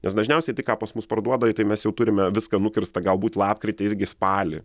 nes dažniausiai tai ką pas mus parduoda i tai mes jau turime viską nukirsta galbūt lapkritį irgi spalį